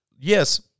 yes